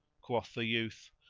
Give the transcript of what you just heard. quoth the youth,